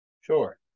Sure